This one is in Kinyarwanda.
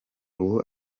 ubu